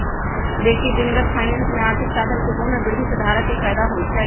बेशी दिनगत फाइनेंस में आर्थिक साधन के मोल में वृद्धि से धारक के फयदा होइ छइ